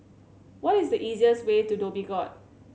what is the easiest way to Dhoby Ghaut